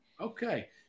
Okay